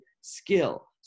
skill